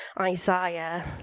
Isaiah